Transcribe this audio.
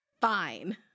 Fine